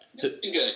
good